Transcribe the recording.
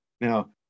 Now